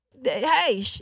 hey